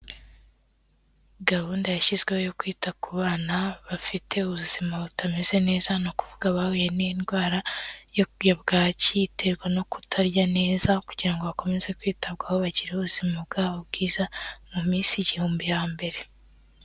Gahunda yashyizweho yo kwita ku bana bafite ubuzima butameze neza, ni ukuvuga abahuye n'indwara ya bwaki iterwa no kutarya neza kugira ngo bakomeze kwitabwaho bagire ubuzima bwabo bwiza mu minsi igihumbi ya mbere.